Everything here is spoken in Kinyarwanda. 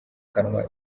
kanwa